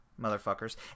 motherfuckers